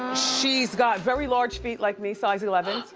she's got very large feet like me, size eleven.